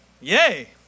Yay